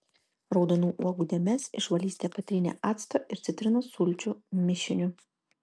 raudonų uogų dėmes išvalysite patrynę acto ir citrinos sulčių mišiniu